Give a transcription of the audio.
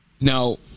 Now